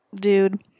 dude